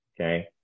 okay